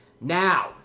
now